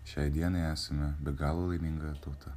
šiai dienai esame be galo laiminga tauta